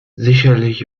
sicherlich